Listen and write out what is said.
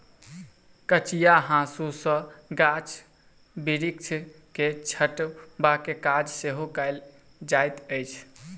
कचिया हाँसू सॅ गाछ बिरिछ के छँटबाक काज सेहो कयल जाइत अछि